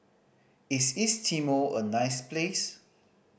is East Timor a nice place